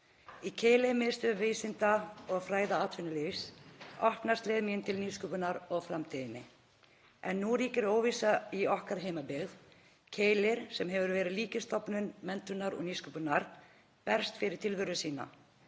Í Keili – miðstöð vísinda, fræða og atvinnulífs, opnaðist leið mín til nýsköpunar og framtíðar en nú ríkir óvissa í okkar heimabyggð. Keilir sem hefur verið lykilstofnun menntunar og nýsköpunar berst fyrir tilveru sinni.